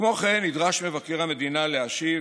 כמו כן, מבקר המדינה נדרש להשיב